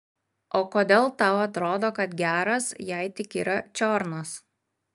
o kodėl tau atrodo kad geras jei tik yra čiornas